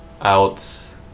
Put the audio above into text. out